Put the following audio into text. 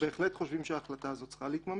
אנחנו בהחלט חושבים שההחלטה הזאת צריכה להתממש.